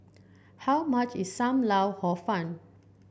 how much is Sam Lau Hor Fun